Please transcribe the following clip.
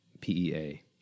PEA